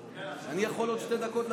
אני יכול להצביע בעוד שתי דקות.